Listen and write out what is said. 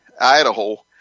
Idaho